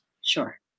Sure